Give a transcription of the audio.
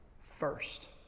first